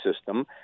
system